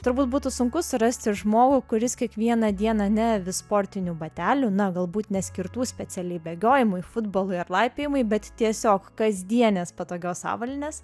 turbūt būtų sunku surasti žmogų kuris kiekvieną dieną neavi sportinių batelių na galbūt ne skirtų specialiai bėgiojimui futbolui ar laipiojimui bet tiesiog kasdienės patogios avalynės